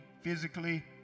physically